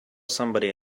somebody